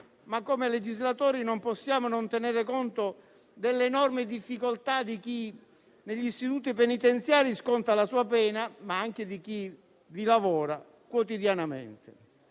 ma come legislatori non possiamo non tenere conto delle enormi difficoltà di chi negli istituti penitenziari sconta la sua pena, ma anche di chi vi lavora quotidianamente.